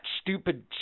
stupid